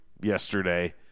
yesterday